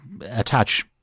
attach